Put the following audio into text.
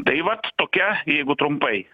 tai vat tokia jeigu trumpai